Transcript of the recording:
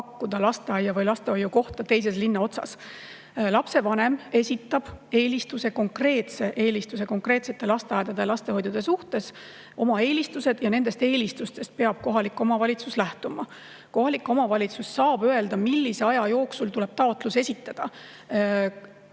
lasteaia‑ või lastehoiukohta teises linna otsas. Lapsevanem esitab konkreetse eelistuse konkreetsete lasteaedade või lastehoidude suhtes ja nendest eelistustest peab kohalik omavalitsus lähtuma. Kohalik omavalitsus saab öelda, millise aja jooksul tuleb taotlus esitada.